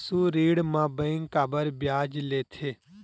पशु ऋण म बैंक काबर ब्याज लेथे?